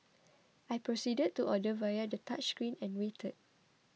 I proceeded to order via the touchscreen and waited